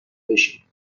بشین